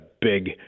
big